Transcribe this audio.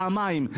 פעמיים,